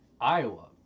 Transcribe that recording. Iowa